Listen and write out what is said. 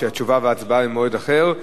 התשובה וההצבעה במועד אחר.